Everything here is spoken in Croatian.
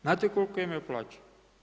Znate koliku imaju plaću?